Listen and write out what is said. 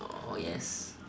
oh yes